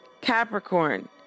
Capricorn